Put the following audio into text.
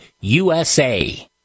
usa